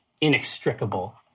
inextricable